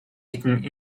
eating